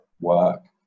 Work